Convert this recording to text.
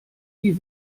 wie